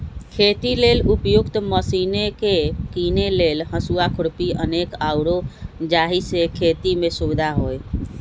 खेती लेल उपयुक्त मशिने कीने लेल हसुआ, खुरपी अनेक आउरो जाहि से खेति में सुविधा होय